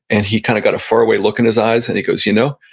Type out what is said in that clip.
and he kind of got a faraway look in his eyes and he goes, you know,